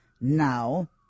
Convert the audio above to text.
now